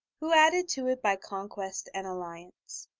who added to it by conquest and alliance.